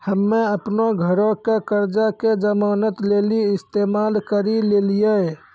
हम्मे अपनो घरो के कर्जा के जमानत लेली इस्तेमाल करि लेलियै